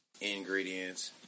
ingredients